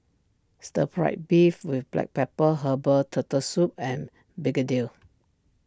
Stir Fried Beef with Black Pepper Herbal Turtle Soup and Begedil